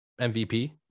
MVP